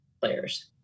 players